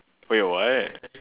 wait what